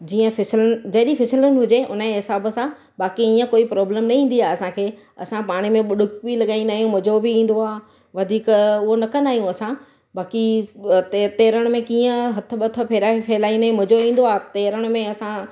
जीअं फिसलनि जेॾी फिसलनि हुजे हुन जे हिसाब सां बाक़ी ईअं कोई प्रॉब्लम न ईंदी आहे असांखे असां पाणी में बुढुक बि लॻाईंदा आहियूं मज़ो बि ईंदो आहे वधीक उहो न कंदा आहियूं असां बाक़ी तरण में कीअं हथु वथु फेराए फेलाईंदा मज़ो ईंदो आहे तरण में असां